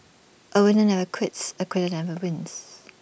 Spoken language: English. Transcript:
A winner never quits A quitter never wins